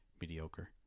mediocre